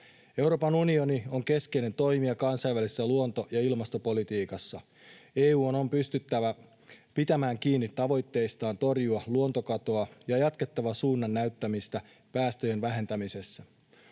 Euroopan unioni on keskeinen toimija kansainvälisessä luonto- ja ilmastopolitiikassa. EU:n on pystyttävä pitämään kiinni tavoitteistaan torjua luontokatoa ja jatkettava suunnannäyttämistä päästöjen vähentämisessä.